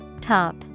Top